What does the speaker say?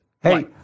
Hey